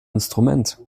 instrument